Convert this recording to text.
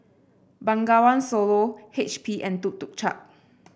Bengawan Solo H P and Tuk Tuk Cha